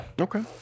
Okay